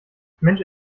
mensch